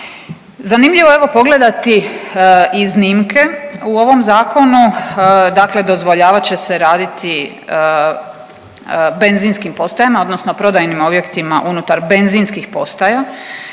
Zanimljivo je evo pogledati iznimke u ovom zakonu. Dakle, dozvoljavat će se raditi benzinskim postajama odnosno prodajnim objektima unutar benzinskih postaja.